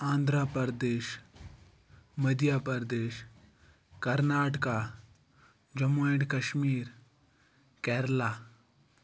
Andhra Pradesh Madhya Pradesh Karnataka Jammu and Kashmir Kerala